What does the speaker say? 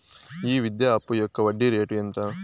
ఈ విద్యా అప్పు యొక్క వడ్డీ రేటు ఎంత?